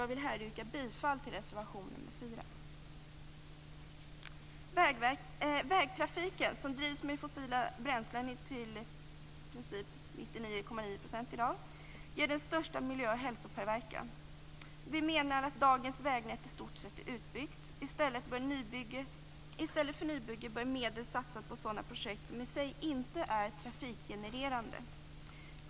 Jag vill här yrka bifall till reservation nr 4. Vägtrafiken, som i dag drivs med fossila bränslen till i princip 99,9 %, ger den största miljö och hälsopåverkan. Vi menar att dagens vägnät i stort sett är utbyggt. I stället för på nybyggen bör medel satsas på sådana projekt som i sig inte är trafikgenererande.